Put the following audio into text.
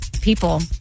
people